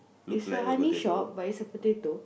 is a honey shop but it's a potato